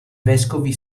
vescovi